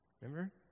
Remember